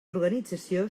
organització